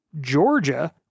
Georgia